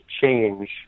change